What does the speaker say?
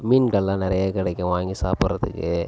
மீன்கள்லாம் நிறைய கிடைக்கும் வாங்கி சாப்பிடுறதுக்கு